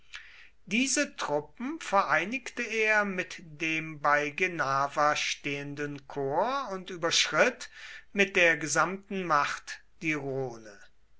diese truppen vereinigte er mit dem bei genava stehenden korps und überschritt mit der gesamten macht die rhone